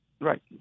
Right